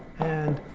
and